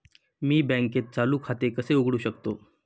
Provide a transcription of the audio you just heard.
मी बँकेत चालू खाते कसे उघडू शकतो?